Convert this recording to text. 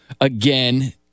again